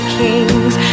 kings